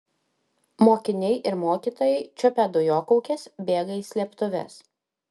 mokiniai ir mokytojai čiupę dujokaukes bėga į slėptuves